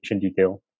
detail